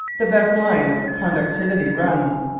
the best line of conductivity runs.